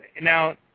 Now